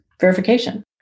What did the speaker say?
verification